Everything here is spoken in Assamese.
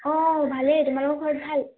অ' ভালে তোমালোকৰ ঘৰত ভাল